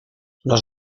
los